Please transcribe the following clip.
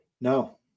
No